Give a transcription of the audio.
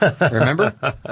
Remember